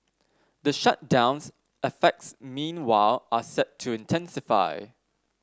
the shutdown's effects meanwhile are set to intensify